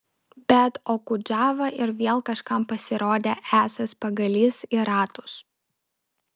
bet okudžava ir vėl kažkam pasirodė esąs pagalys į ratus